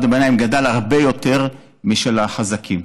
הביניים גדלה הרבה יותר משל החזקים.